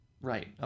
right